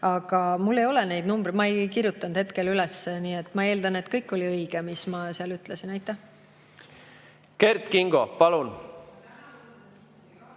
Aga mul ei ole neid numbreid, ma ei kirjutanud hetkel üles. Ma eeldan, et kõik oli õige, mis ma seal ütlesin. Kert Kingo, palun!